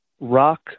Rock